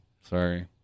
Sorry